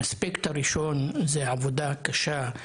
היבט ראשון, העבודה הקשה,